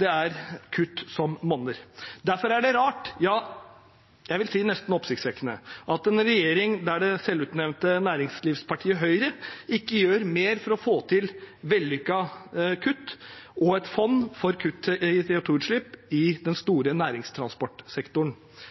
Det er kutt som monner. Derfor er det rart, ja, jeg vil nesten si oppsiktsvekkende, at en regjering ledet av det selvutnevnte næringslivspartiet Høyre ikke gjør mer for å få til vellykkede kutt og et fond for kutt i CO 2 -utslipp i den